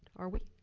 are we?